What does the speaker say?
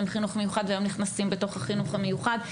חינוך מיוחד והיום נכנסים בתוך החינוך המיוחד.